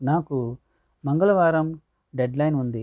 నాకు మంగళవారం డెడ్లైన్ ఉంది